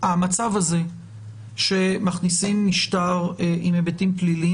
המצב הזה שמכניסים משטר עם היבטים פליליים